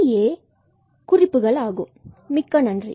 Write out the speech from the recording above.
இவையே குறிப்புகள் ஆகும் மிக்க நன்றி